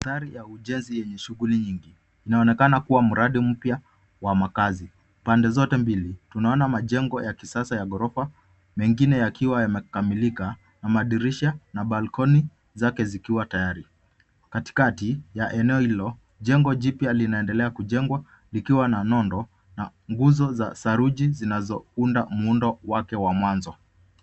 Gari ya ujenzi yenye shughuli nyingi unaonekana kuwa mradi mpya wa makazi. Pande zote mbili naona majengo ya kisasa ya ghorofa mengine yakiwa yamekamilika na madirisha na balkoni zake zikiwa tayari. Katikati ya eneo hilo kuna jengo jipya linaendelea kujengwa likiwa na nondo na nguo za saruji zinazounda muundo wake wa mwanzo.